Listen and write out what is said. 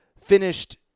finished